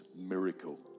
miracle